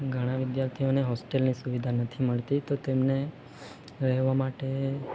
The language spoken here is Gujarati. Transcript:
ઘણા વિદ્યાર્થીઓને હોસ્ટેલની સુવિધા નથી મળતી તો તેમને રહેવા માટે